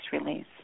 release